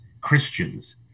Christians